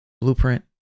Blueprint